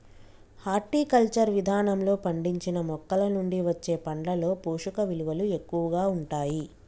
horticulture విధానంలో పండించిన మొక్కలనుండి వచ్చే పండ్లలో పోషకవిలువలు ఎక్కువగా ఉంటాయి